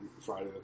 Friday